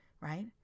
right